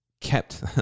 kept